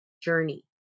journey